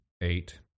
Eight